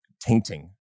tainting